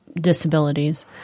disabilities